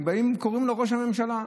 באים וקוראים לו: ראש הממשלה,